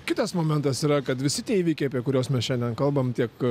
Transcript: kitas momentas yra kad visi tie įvykiai apie kuriuos mes šiandien kalbam tiek